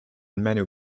menu